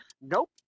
nope